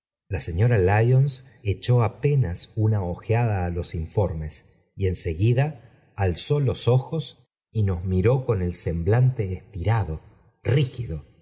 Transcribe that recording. la señora lyons echó apenas una ojeada á los informes y en seguida alzó los ojos y nos miró s s